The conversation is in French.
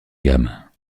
gammes